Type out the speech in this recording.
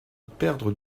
perdre